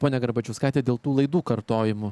ponia garbačiauskaite dėl tų laidų kartojimo